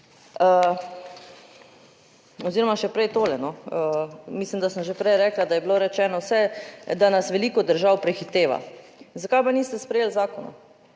Oziroma še prej tole, no. Mislim, da sem že prej rekla, da je bilo rečeno vse, da nas veliko držav prehiteva. Zakaj pa niste sprejeli zakona,